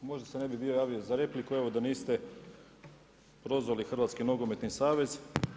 Možda se ne bi bio javio za repliku, evo da niste, prozvali Hrvatski nogometni savez.